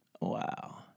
Wow